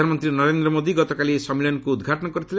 ପ୍ରଧାନମନ୍ତ୍ରୀ ନରେନ୍ଦ୍ର ମୋଦି ଗତକାଲି ଏହି ସମ୍ମଳିନୀକୁ ଉଦ୍ଘାଟନ କରିଥିଲେ